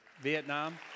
Vietnam